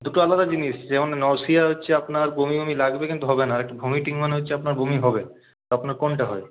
দুটো আলাদা জিনিস যেমন নশিয়া হচ্ছে আপনার বমি বমি লাগবে কিন্তু হবে না আর একটা ভমিটিং মানে হচ্ছে আপনার বমি হবে আপনার কোনটা হয়